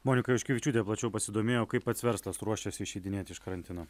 monika juškevičiūtė plačiau pasidomėjo kaip pats verslas ruošiasi išeidinėti iš karantino